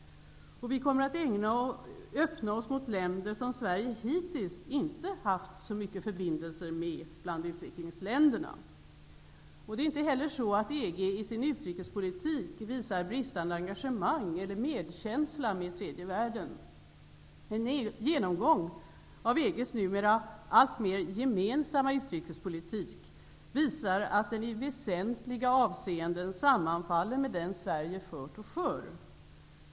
Vi kommer att öppna oss mot länder som Sverige hittills inte har haft så stora förbindelser med bland utvecklingsländerna. Det är inte heller så att EG i sin utrikespolitik visar ett bristande engagemang eller medkänsla med tredje världen. En genomgång av EG:s numera alltmer gemensamma utrikespolitik visar att den i väsentliga avseenden sammanfaller med den som Sverige har fört och för.